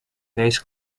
bass